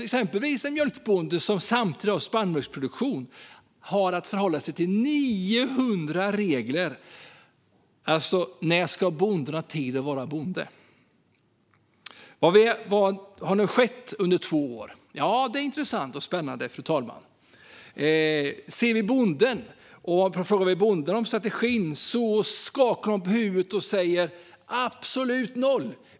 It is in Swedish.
Exempelvis har en mjölkbonde som samtidigt har spannmålsproduktion 900 regler att förhålla sig till. När ska bonden ha tid att vara bonde? Vad har skett under två år? Det är intressant och spännande, fru talman. Om vi frågar bönderna om strategin skakar de på huvudena och säger att de märker absolut ingenting.